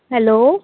hello